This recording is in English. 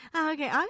Okay